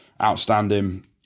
outstanding